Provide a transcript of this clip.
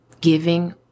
giving